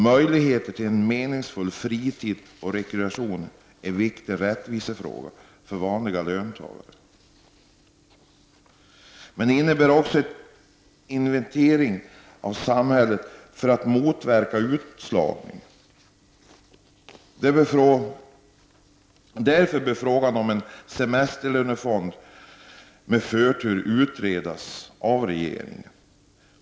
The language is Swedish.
Möjligheter till en meningsfull fritid och rekreation är en viktig rättvisefråga för vanliga löntagare men innebär också en investering av samhället för att motverka utslagning. Därför bör frågan om en semesterlönefond med förtur utredas av regeringen.